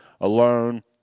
alone